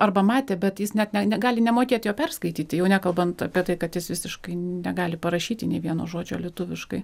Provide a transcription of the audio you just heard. arba matė bet jis net ne gali nemokėt jo perskaityti jau nekalbant apie tai kad jis visiškai negali parašyti nei vieno žodžio lietuviškai